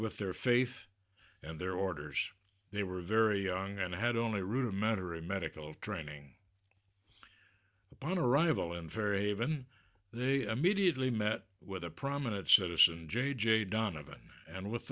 with their faith and their orders they were very young and had only rudimentary medical training upon arrival in very haven't they immediately met with a prominent citizen j j donovan and with